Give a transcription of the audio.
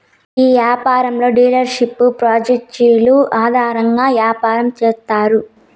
ఈ యాపారంలో డీలర్షిప్లు ప్రాంచేజీలు ఆధారంగా యాపారం చేత్తారు